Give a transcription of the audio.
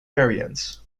variants